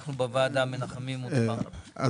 אנחנו בוועדה מנחים אותך,